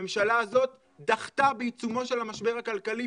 הממשלה הזאת דחתה בעיצומו של המשבר הכלכלי,